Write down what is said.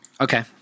Okay